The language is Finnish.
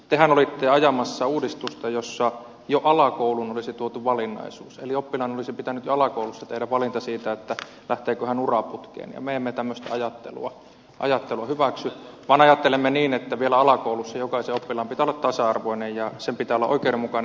tehän olitte ajamassa uudistusta jossa jo alakouluun olisi tuotu valinnaisuus eli oppilaan olisi pitänyt jo alakoulussa tehdä valinta siitä lähteekö hän uraputkeen ja me emme tämmöistä ajattelua hyväksy vaan ajattelemme niin että vielä alakoulussa jokaisen oppilaan pitää olla tasa arvoinen ja alakoulun pitää olla oikeudenmukainen